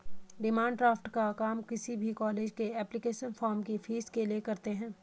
demand draft का काम किसी भी कॉलेज के एप्लीकेशन फॉर्म की फीस के लिए करते है